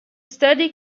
study